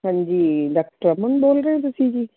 ਹਾਂਜੀ ਡਾਕਟਰ ਅਮਨ ਬੋਲ ਰਹੇ ਹੋ ਤੁਸੀਂ ਜੀ